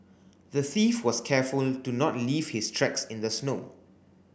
the thief was careful to not leave his tracks in the snow